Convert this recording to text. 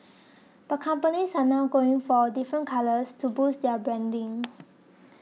but companies are now going for different colours to boost their branding